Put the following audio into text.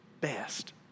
best